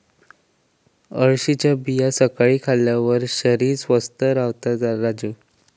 अळशीच्या बिया सकाळी खाल्ल्यार शरीर स्वस्थ रव्हता राजू